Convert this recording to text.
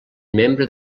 membre